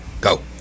Go